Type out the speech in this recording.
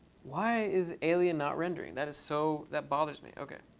why is alien not rendering? that is so that bothers me. ok,